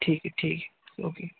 ठीक है ठीक है ओके